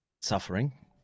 suffering